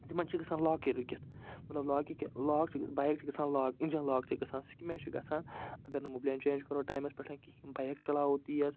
زِ یِمن چھُ گژھان لوٛاکٕے رُکِتھ مطلب لوٛاکٕے کیٛاہ لوٛاک چھُ بایک چھِ گژھان لوٛاک اِنجیٚن لوٛاک چھُ گژھان سُہ کَمہِ آیہِ چھُ گژھان اَگر نہٕ مُبلیل چینٛج کرو ٹایمَس پٮ۪ٹھ کِہیٖنۍ بایک چَلاوو تیز